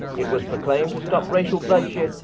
it was proclaimed to stop racial bloodshed,